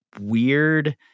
weird